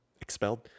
expelled